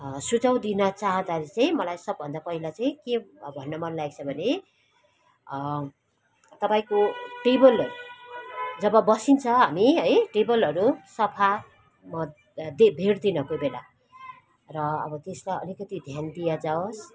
सुझाव दिन चाहदाखेरि चाहिँ मलाई सबभन्दा पहिला चाहिँ के भन्न मन लागेको छ भने तपाईँको टेबल जब बसिन्छ हामी है टेबलहरू सफा भेट्दिँन कोही बेला र अब त्यसमा अलिकति ध्यान दियाजाओस्